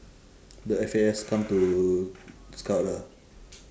the F_A_S come to scout lah